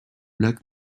lac